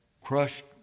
crushed